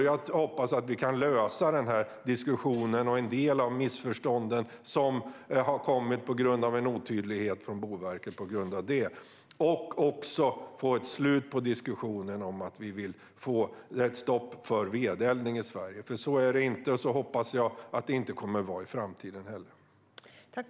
Jag hoppas att vi med den här diskussionen kan lösa en del av de missförstånd som har uppstått på grund av en otydlighet från Boverket och också få ett slut på diskussionen om att vi vill få ett stopp för vedeldning i Sverige. Så är det inte, och så kommer det inte att vara i framtiden heller, hoppas jag.